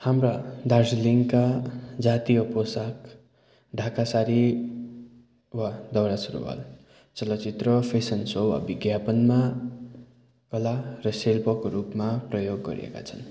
हाम्रा दार्जिलिङका जातीय पोसाक ढाका साडी वा दौरा सुरुवाल चलचित्र फेसन सो वा विज्ञापनमा कला र शिल्पको रूपमा प्रयोग गरिएका छन्